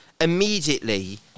immediately